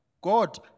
God